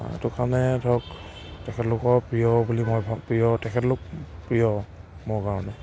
সেইটো কাৰণে ধৰক তেখেতলোকক প্ৰিয় বুলি মই ভাবোঁ প্ৰিয় তেখেতলোক প্ৰিয় মোৰ কাৰণে